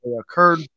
occurred